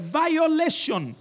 violation